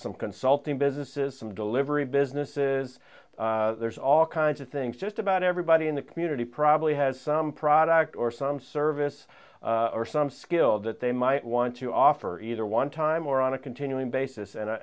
some consult the businesses some delivery businesses there's all kinds of things just about everybody in the community probably has some product or some service or some skill that they might want to offer either one time or on a continuing basis and